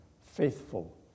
faithful